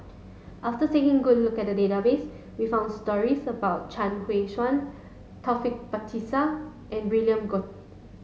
after taking good look at the database we found stories about Chuang Hui Tsuan Taufik Batisah and William Goode